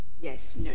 Yes